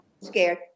Scared